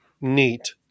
neat